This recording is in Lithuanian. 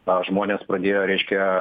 a žmonės padėjo reiškia